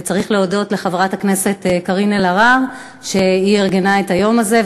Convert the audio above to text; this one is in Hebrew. וצריך להודות לחברת הכנסת קארין אלהרר שארגנה את היום הזה,